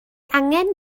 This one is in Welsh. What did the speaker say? angen